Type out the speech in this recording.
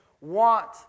want